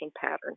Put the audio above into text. pattern